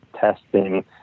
testing